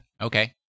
Okay